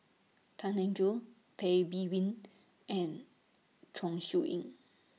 Tan Eng Joo Tay Bin Wee and Chong Siew Ying